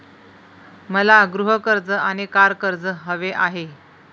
मला गृह कर्ज आणि कार कर्ज हवे आहे